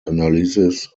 analysis